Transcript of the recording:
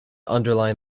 underline